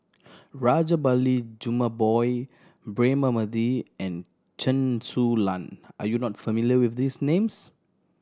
Rajabali Jumabhoy Braema Mathi and Chen Su Lan are you not familiar with these names